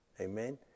Amen